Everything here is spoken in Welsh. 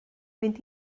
fynd